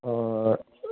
অঁ